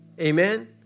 Amen